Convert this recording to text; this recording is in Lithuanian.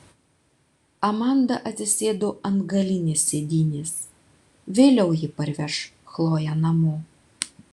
amanda atsisėdo ant galinės sėdynės vėliau ji parveš chloję namo